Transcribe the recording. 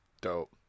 dope